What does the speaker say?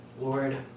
Lord